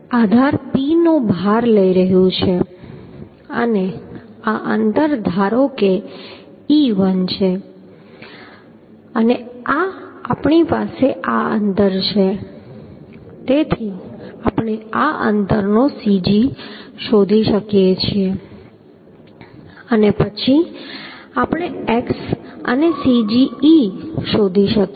આધાર P નો ભાર લઈ રહ્યું છે અને આ અંતર ધારો કે e1 કહો અને આ આપણી પાસે આ અંતર છે તેથી આપણે આ અંતરનો cg શોધી શકીએ અને પછી આપણે x અને cg e શોધી શકીએ